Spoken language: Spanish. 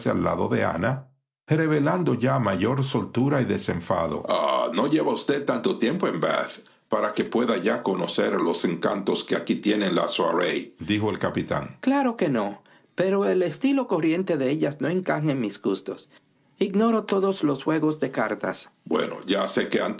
ana revelando ya mayor soltura y desenfado no lleva usted tanto tiempo en bathdijo para que pueda ya conocer los encantos que aquí tienen las soirées claro que no pero el estilo corriente de ellas no encaja en mis gustos ignoro todos los juego de cartas ya sé que